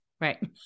right